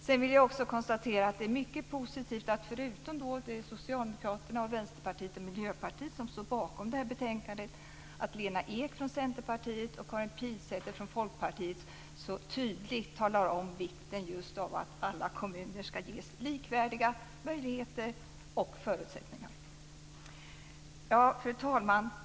Jag vill också konstatera att det är mycket positivt att, förutom socialdemokraterna, Vänsterpartiet och Miljöpartiet, som står bakom det här betänkandet, Folkpartiet så tydligt talar om vikten just av att alla kommuner skall ges likvärdiga möjligheter och förutsättningar. Fru talman!